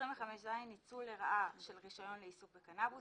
25ז.ניצול לרעה של רישיון לעיסוק בקנאבוס